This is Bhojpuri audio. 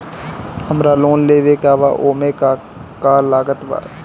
हमरा लोन लेवे के बा ओमे का का लागत बा?